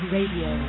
Radio